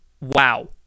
wow